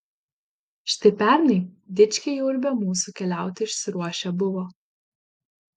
štai pernai dičkiai jau ir be mūsų keliauti išsiruošę buvo